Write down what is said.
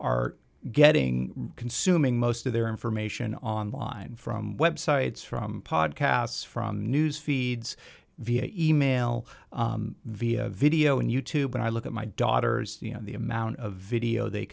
are getting consuming most of their information online from websites from podcasts from news feeds via email via video and you tube and i look at my daughters you know the amount of video they